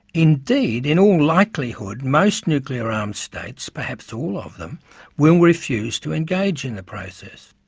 indeed, in all likelihood, most nuclear-armed states perhaps all of them will refuse to engage in the process.